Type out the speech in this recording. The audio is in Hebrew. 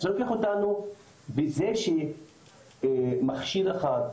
זה לוקח אותנו בזה שמכשיר אחד,